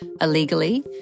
illegally